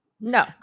no